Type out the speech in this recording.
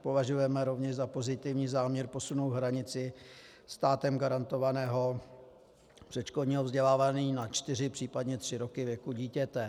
Považujeme rovněž za pozitivní záměr posunout hranici státem garantovaného předškolního vzdělávání na čtyři, případně tři roky věku dítěte.